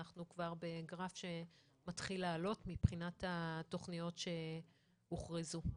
אנחנו בגרף שמתחיל לעלות מבחינת התכניות שהוכרזו.